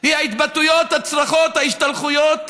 היא ההתבטאויות, הצרחות, ההשתלחויות,